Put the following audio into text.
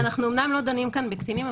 אנחנו אמנם לא דנים כאן בקטינים,